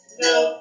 no